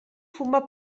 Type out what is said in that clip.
fuma